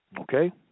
okay